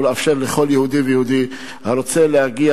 ולאפשר לכל יהודי ויהודי הרוצה להגיע